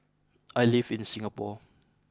I live in Singapore